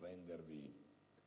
rendervi